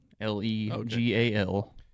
L-E-G-A-L